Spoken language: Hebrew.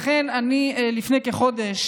לכן אני לפני כחודש